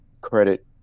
Credit